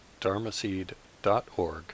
dharmaseed.org